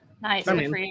Nice